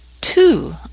two